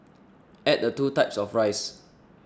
add the two types of rice